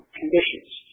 conditions